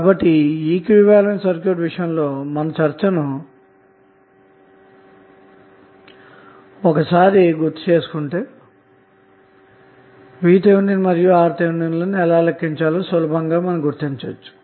కాబట్టిఈక్వివలెంట్ circuit విషయంలోమన చర్చను ఒకసారి గుర్తుచేసుకుంటే VTh మరియు RThలనుఎలా లెక్కించాలో మీరుసులభంగా గుర్తించవచ్చు